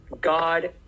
God